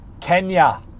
Kenya